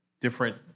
different